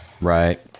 Right